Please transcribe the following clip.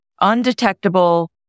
undetectable